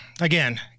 again